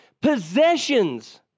Possessions